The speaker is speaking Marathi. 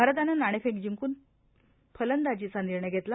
भारतानं नाणेफेक जिंकून फलंदाजीचा निर्णय घेतला